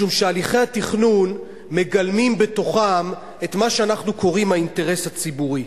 כי הליכי התכנון מגלמים בתוכם את מה שאנחנו קוראים לו האינטרס הציבורי,